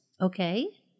Okay